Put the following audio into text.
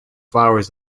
flowers